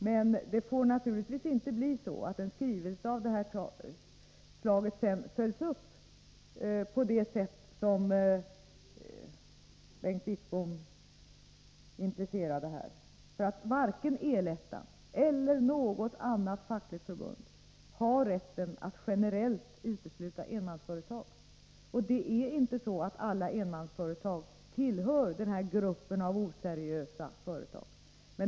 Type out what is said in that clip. Men det får naturligtvis inte bli så, att en skrivelse av det här slaget sedan följs upp på det sätt som Bengt Wittbom här redogjort för. Varken El-ettan eller något annat fackligt förbund har rätten att generellt utesluta enmansföretag. Det är inte så, att alla enmansföretag tillhör gruppen oseriösa företag.